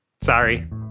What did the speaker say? Sorry